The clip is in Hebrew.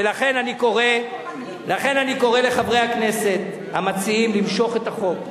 ולכן אני קורא לחברי הכנסת המציעים למשוך את החוק,